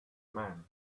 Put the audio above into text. man